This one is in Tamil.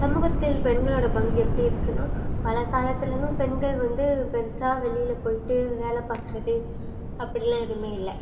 சமூகத்தில் பெண்களோடய பங்கு எப்படி இருக்குனால் பல காலத்திலலாம் பெண்கள் வந்து பெரிசா வெளியில் போய்ட்டு வேலை பார்க்கறது அப்படிலாம் எதுவுமே இல்லை